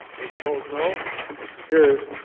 those opposed no motion carries